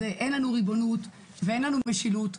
אז אין לנו ריבונות ואין לנו משילות,